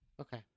Okay